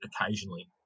occasionally